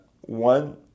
one